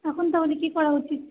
এখন তাহলে কী করা উচিত